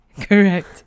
Correct